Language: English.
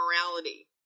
morality